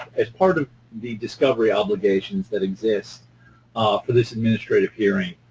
as part of the discovery obligations that exist for this administrative hearing,